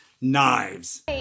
knives